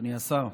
אדוני השר,